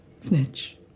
Snitch